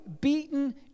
beaten